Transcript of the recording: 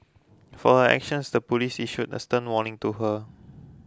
for her actions the police issued a stern warning to her